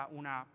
una